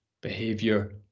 behavior